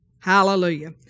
Hallelujah